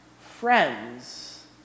friends